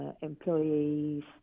employees